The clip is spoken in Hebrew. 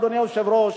אדוני היושב-ראש,